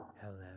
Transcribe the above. Hello